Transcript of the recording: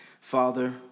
Father